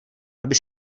aby